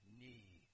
knee